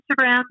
Instagram